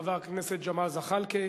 חבר הכנסת ג'מאל זחאלקֶה,